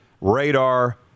radar